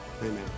Amen